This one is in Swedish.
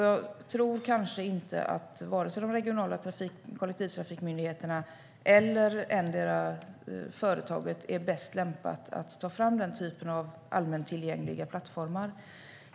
Jag tror kanske inte att de regionala kollektivtrafikmyndigheterna eller något enskilt företag är bäst lämpade att ta fram den typen av allmäntillgängliga plattformar.